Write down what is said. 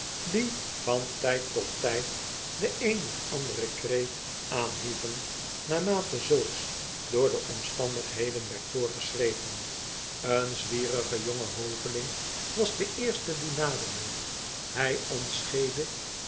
die van tijd tot tijd den een of anderen kreet aanhieven naarmate zulks door de omstandigheden werd voorgeschreven eene zwierige jonge hoveling was de eerste die naderde hjj ontscheedde